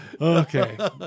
Okay